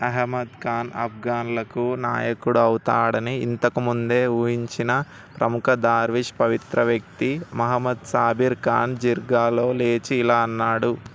అహ్మద్ ఖాన్ ఆఫ్ఘన్లకు నాయకుడు అవుతాడని ఇంతకు ముందే ఊహించిన ప్రముఖ దార్విష్ పవిత్ర వ్యక్తి మహమ్మద్ సాబీర్ ఖాన్ జిర్గాలో లేచి ఇలా అన్నాడు